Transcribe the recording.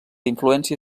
influència